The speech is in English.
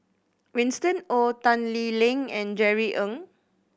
Winston Oh Tan Lee Leng and Jerry Ng